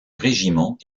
régiment